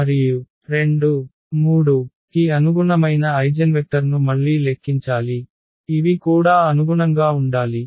మరియు 23 కి అనుగుణమైన ఐగెన్వెక్టర్ను మళ్ళీ లెక్కించాలిఇవి కూడా అనుగుణంగా ఉండాలి